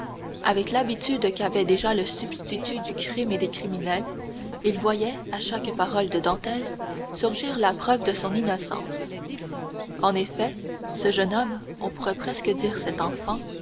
avec l'habitude qu'avait déjà le substitut du crime et des criminels il voyait à chaque parole de dantès surgir la preuve de son innocence en effet ce jeune homme on pourrait presque dire cet enfant